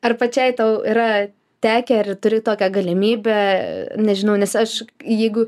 ar pačiai tau yra tekę ir turi tokią galimybę nežinau nes aš jeigu